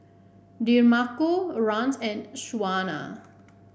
Demarco Rance and Shaunna